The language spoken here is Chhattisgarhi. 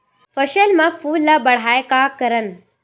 फसल म फूल ल बढ़ाय का करन?